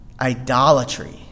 idolatry